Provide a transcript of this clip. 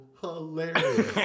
Hilarious